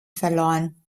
verloren